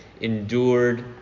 endured